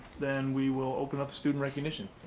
then we will open up student recognition.